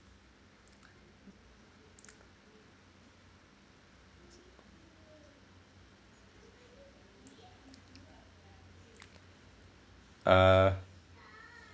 uh